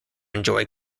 enjoy